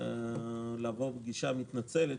לבוא בגישה מתנצלת,